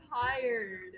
tired